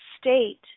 state